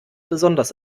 besonders